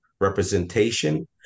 representation